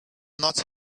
not